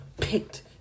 picked